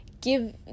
give